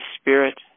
Spirit